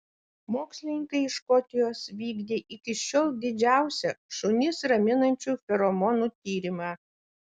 mokslininkai iš škotijos vykdė iki šiol didžiausią šunis raminančių feromonų tyrimą